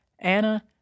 Anna